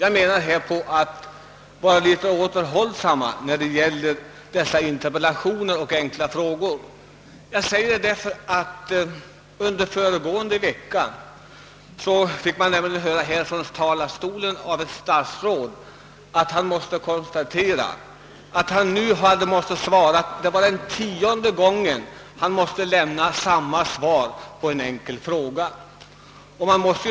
Vi bör enligt min mening vara litet återhållsamma när det gäller interpellationer och enkla frågor. Förra veckan kunde ett statsråd från denna talarstol konstatera att det då var tionde gången han måste lämna svar på en enkel fråga i samma ämne.